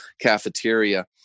cafeteria